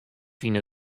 fyn